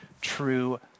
true